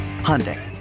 Hyundai